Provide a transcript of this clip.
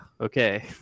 okay